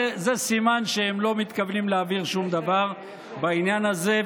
זה סימן שהם לא מתכוונים להעביר שום דבר בעניין הזה.